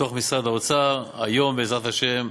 בתוך משרד האוצר, היום, בעזרת השם,